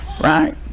Right